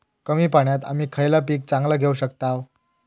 कमी पाण्यात आम्ही खयला पीक चांगला घेव शकताव?